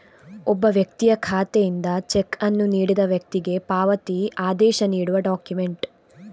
ಒಬ್ಬ ವ್ಯಕ್ತಿಯ ಖಾತೆಯಿಂದ ಚೆಕ್ ಅನ್ನು ನೀಡಿದ ವ್ಯಕ್ತಿಗೆ ಪಾವತಿ ಆದೇಶ ನೀಡುವ ಡಾಕ್ಯುಮೆಂಟ್